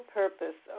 purpose